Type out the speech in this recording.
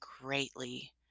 greatly